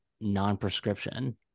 non-prescription